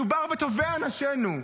מדובר בטובי אנשינו,